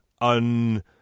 un